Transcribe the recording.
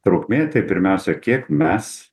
trukmė tai pirmiausia kiek mes